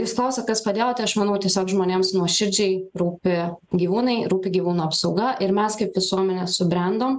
jūs klausiat kas padėjo tai aš manau tiesiog žmonėms nuoširdžiai rūpi gyvūnai rūpi gyvūnų apsauga ir mes kaip visuomenė subrendom